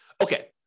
Okay